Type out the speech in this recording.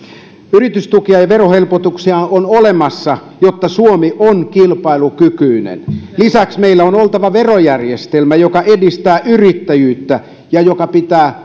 yritystukia ja verohelpotuksia on olemassa jotta suomi on kilpailukykyinen lisäksi meillä on oltava verojärjestelmä joka edistää yrittäjyyttä ja joka pitää